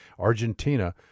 Argentina